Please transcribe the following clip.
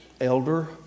elder